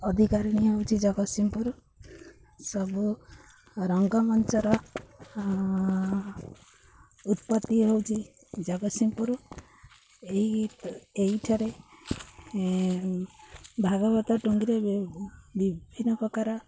ଅଧିକାରଣୀ ହେଉଛି ଜଗତସିଂହପୁର ସବୁ ରଙ୍ଗମଞ୍ଚର ଉତ୍ପତ୍ତି ହେଉଛି ଜଗତସିଂହପୁର ଏଇଠାରେ ଭାଗବତ ଟୁଙ୍ଗିରେ ବିଭିନ୍ନ ପ୍ରକାର